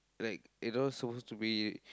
like it don't supposed to be